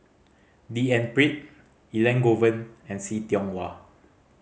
D N Pritt Elangovan and See Tiong Wah